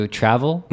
travel